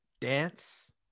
dance